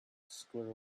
squirrel